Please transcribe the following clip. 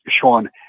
Sean